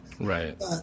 Right